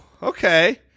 Okay